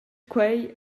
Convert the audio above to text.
quei